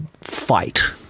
fight